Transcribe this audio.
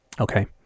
okay